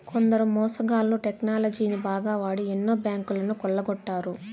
కొందరు మోసగాళ్ళు టెక్నాలజీని బాగా వాడి ఎన్నో బ్యాంకులను కొల్లగొట్టారు